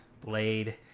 Blade